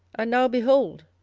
and now, behold,